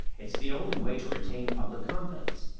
it's the only way to retain public confidence.